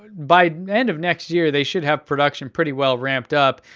by the end of next year, they should have production pretty well ramped up.